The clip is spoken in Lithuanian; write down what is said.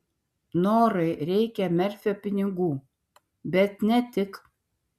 norai reikia merfio pinigų bet ne tik